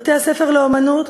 בתי-הספר לאמנות,